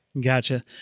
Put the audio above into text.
Gotcha